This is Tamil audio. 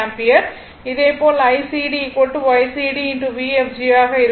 இதேபோல் ICd YCd Vfg ஆக இருக்கும்